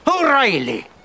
O'Reilly